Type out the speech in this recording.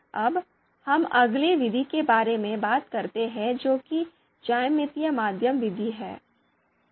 अब हम अगली विधि के बारे में बात करते हैं जो कि ज्यामितीय माध्य विधि है